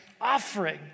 offering